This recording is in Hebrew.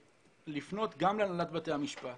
לפנות גם להנהלת בתי המשפט